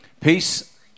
Peace